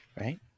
right